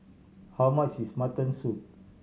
how much is mutton soup